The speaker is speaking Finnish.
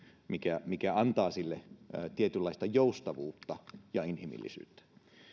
mikä mikä antaa sille tietynlaista joustavuutta ja inhimillisyyttä